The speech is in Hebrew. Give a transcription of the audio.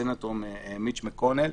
סנטור מיץ' מקונל,